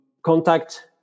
contact